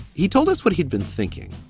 he told us what he'd been thinking